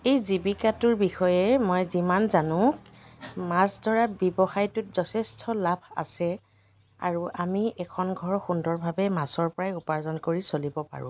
এই জীৱিকাটোৰ বিষয়ে মই যিমান জানো মাছ ধৰা ব্যৱসায়টোত যথেষ্ট লাভ আছে আৰু আমি এখন ঘৰ সুন্দৰভাৱে মাছৰ পৰাই উপাৰ্জন কৰি চলিব পাৰোঁ